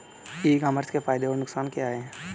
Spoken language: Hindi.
ई कॉमर्स के फायदे और नुकसान क्या हैं?